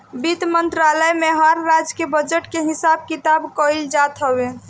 वित्त मंत्रालय में हर राज्य के बजट के हिसाब किताब कइल जात हवे